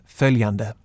följande